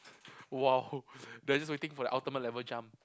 !wow! they just waiting for the ultimate level jump